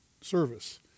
service